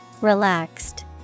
Relaxed